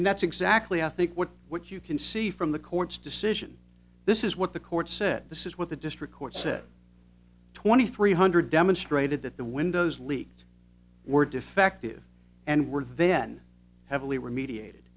and that's exactly i think what what you can see from the court's decision this is what the court said this is what the district court said twenty three hundred demonstrated that the windows leaked were defective and were then heavily remediate